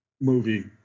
movie